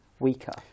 weaker